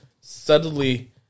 subtly